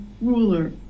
ruler